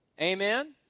Amen